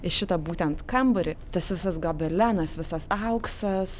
į šitą būtent kambarį tas visas gobelenas visas auksas